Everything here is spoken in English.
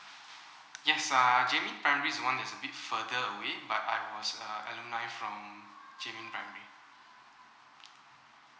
yes err xinmin primary's one is a bit further away but I was uh alumni from xinmin primary